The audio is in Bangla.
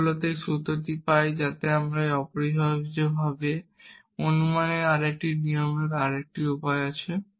আমরা মূলত এই সূত্রটি পাই যাতে এটি অপরিহার্যভাবে অনুমানের আরেকটি নিয়মের আরেকটি উপায় আছে